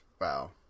wow